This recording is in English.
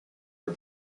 her